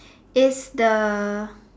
it's the